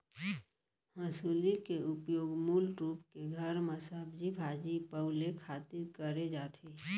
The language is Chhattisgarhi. हँसुली के उपयोग मूल रूप के घर म सब्जी भाजी पउले खातिर करे जाथे